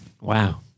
Wow